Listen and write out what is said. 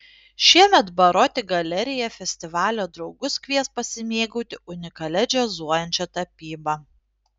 šiemet baroti galerija festivalio draugus kvies pasimėgauti unikalia džiazuojančia tapyba